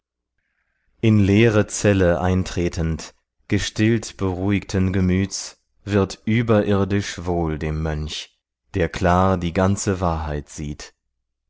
in leere zelle eintretend gestillt beruhigten gemüts wird überirdisch wohl dem mönch der klar die ganze wahrheit sieht